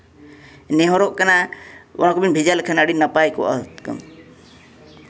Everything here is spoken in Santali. ᱱᱮᱦᱚᱨᱚᱜ ᱠᱟᱱᱟ ᱚᱱᱟ ᱠᱚᱵᱤᱱ ᱵᱷᱮᱡᱟ ᱞᱮᱠᱷᱟᱱ ᱟᱹᱰᱤ ᱱᱟᱯᱟᱭ ᱠᱚᱜᱼᱟ